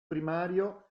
primario